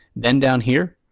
then down here,